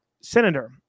senator